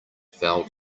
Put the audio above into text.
fell